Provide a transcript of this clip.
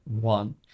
one